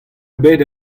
ebet